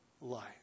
life